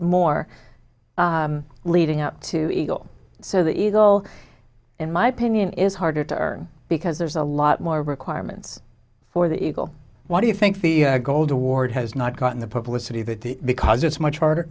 more leading up to eagle so the eagle in my opinion is harder to earn because there's a lot more requirements for the eagle what do you think the gold award has not gotten the publicity that the because it's much harder